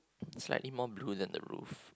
slightly more blue than the roof